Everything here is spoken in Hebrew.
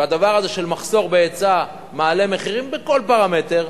והדבר הזה של מחסור בהיצע מעלה מחירים בכל פרמטר,